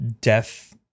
death